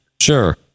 Sure